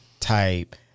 type